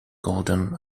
gordon